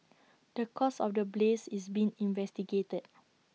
the cause of the blaze is being investigated